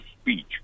speech